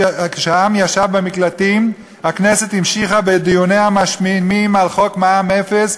כשהעם ישב במקלטים הכנסת המשיכה בדיוניה המשמימים על חוק מע"מ אפס,